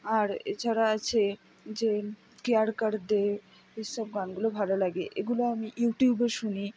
আর এছাড়া আছে যে প্যার কার দে এসব গানগুলো ভালো লাগে এগুলো আমি ইউটিউবে শুনি